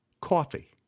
Coffee